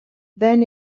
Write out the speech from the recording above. then